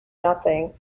nothing